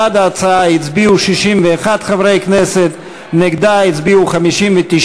בעד ההצעה הצביעו 61 חברי כנסת, נגדה הצביעו 59,